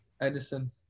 Edison